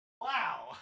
Wow